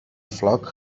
flock